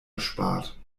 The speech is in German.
erspart